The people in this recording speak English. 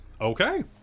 Okay